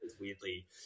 weirdly